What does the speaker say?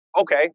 okay